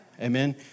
Amen